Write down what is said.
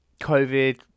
COVID